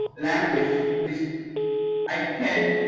language, which i can't